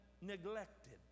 neglected